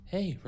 Hey